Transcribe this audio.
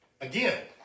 again